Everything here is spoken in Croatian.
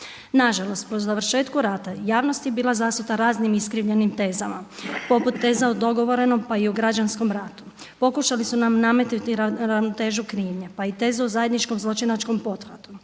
Na žalost, po završetku rata javnost je bila zasuta raznim iskrivljenim tezama poput teza o dogovorenom, pa i građanskom ratu. Pokušali su nam nametnuti ravnotežu krivnje, pa i tezu o zajedničkom zločinačkom pothvatu.